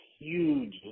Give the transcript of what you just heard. huge